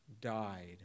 died